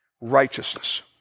righteousness